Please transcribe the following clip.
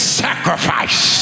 sacrifice